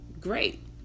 Great